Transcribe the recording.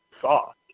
soft